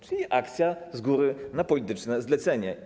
Czyli akcja z góry, na polityczne zlecenie.